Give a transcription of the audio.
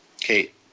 Kate